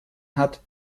hat